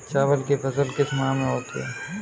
चावल की फसल किस माह में होती है?